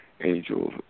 Angels